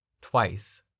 twice